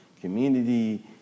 community